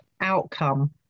outcome